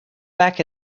back